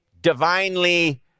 divinely